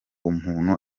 umuntu